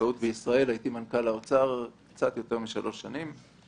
הבנקאות בישראל כשהייתי מנכ"ל האוצר קצת יותר משלוש שנים,